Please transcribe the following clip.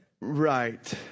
right